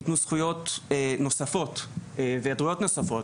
ניתנו זכויות נוספות והיעדרויות נוספות,